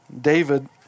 David